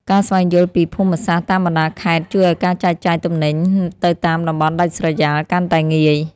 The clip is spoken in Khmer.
ការស្វែងយល់ពីភូមិសាស្ត្រតាមបណ្តាខេត្តជួយឱ្យការចែកចាយទំនិញទៅតាមតំបន់ដាច់ស្រយាលកាន់តែងាយ។